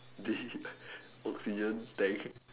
this oxygen tank